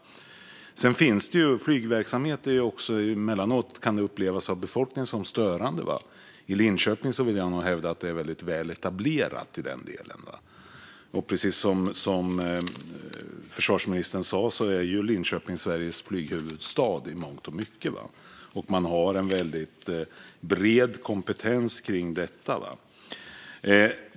Flygverksamhet kan ju emellanåt av befolkningen upplevas som störande. I Linköping vill jag nog hävda att den är väldigt väl etablerad. Precis som försvarsministern sa är Linköping Sveriges flyghuvudstad i mångt och mycket. Man har en väldigt bred kompetens kring detta.